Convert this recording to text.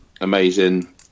Amazing